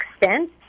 extent